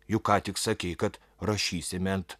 juk ką tik sakei kad rašysime ant